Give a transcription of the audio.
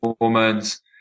hormones